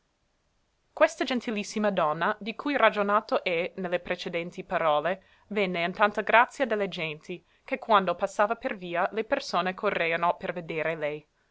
questa gentilissima donna di cui ragionato è ne le precedenti parole venne in tanta grazia de le genti che quando passava per via le persone correano per vedere lei